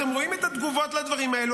אתם רואים את התגובות לדברים האלה,